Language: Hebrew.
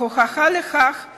ההוכחה לכך היא